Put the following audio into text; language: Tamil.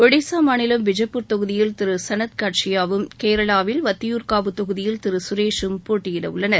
ஒடிசா மாநிலம் பிஜெப்பூர் தொகுதியில் திரு சனத் காட்ஷியாவும் கேரளாவில் வத்தியூர்காவு தொகுதியில் திரு சுரேசும் போட்டியிட உள்ளனர்